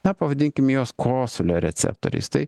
na pavadinkim juos kosulio receptoriais tai